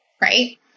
right